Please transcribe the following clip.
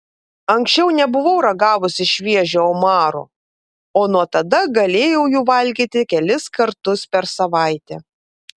anksčiau nebuvau ragavusi šviežio omaro o nuo tada galėjau jų valgyti kelis kartus per savaitę